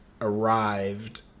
arrived